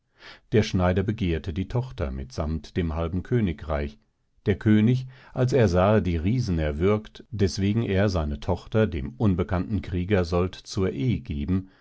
der schneider begerte die tochter mit sammt dem halben königreich der könig als er sahe die riesen erwürgt deswegen er seine tochter dem unbekannten krieger sollt zur eh geben